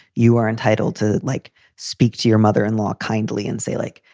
you are entitled to, like, speak to your mother in law kindly and say, like,